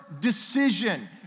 decision